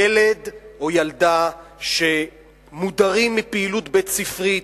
ילד או ילדה שמודרים מפעילות בית-ספרית